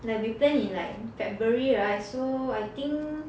like we plan in like february [right] so I think